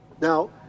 Now